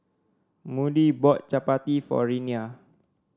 Moody bought chappati for Renea